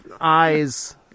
eyes